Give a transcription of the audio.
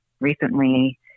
recently